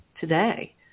today